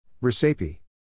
Recipe